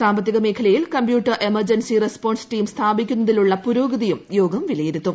സാമ്പത്തിക മേഖലയിൽ computer emergency response team സ്ഥാപിക്കുന്നതിലുള്ള പുരോഗതിയും യോഗം വിലയിരുത്തും